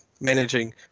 managing